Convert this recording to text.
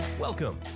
Welcome